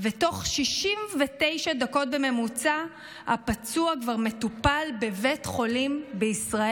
ותוך 69 דקות בממוצע הפצוע כבר מטופל בבית חולים בישראל.